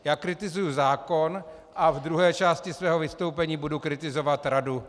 Já kritizuji zákon a v druhé části svého vystoupení budu kritizovat radu.